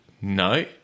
No